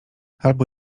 albo